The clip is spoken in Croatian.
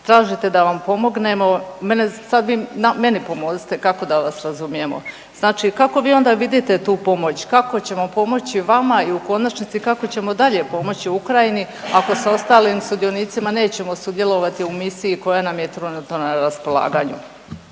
Tražite da vam pomognemo. Mene sad vi meni pomozite kako da vas razumijemo. Znači kako onda vi vidite tu pomoć, kako ćemo pomoći vama i u konačnici kako ćemo dalje pomoći Ukrajini ako sa ostalim sudionicima nećemo sudjelovati u misiji koja nam je trenutno na raspolaganju?